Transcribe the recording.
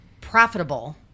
profitable